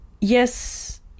yes